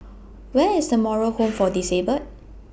Where IS The Moral Home For Disabled